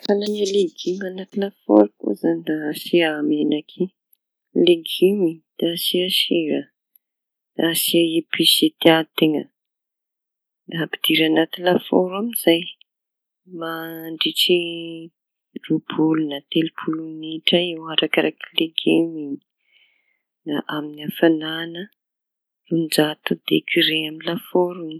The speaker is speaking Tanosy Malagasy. Ny fomba fanahia legimy anaty lafôro koa izañy. Da asia menaky legimy da asia episy zay tia teña da ampidiry anaty lafôro amizay man- dritry roapolo na telopolo minitra eo araky legimy iñy da amin'ny hafanañana roanjato degire amin'ny lafôro iñy.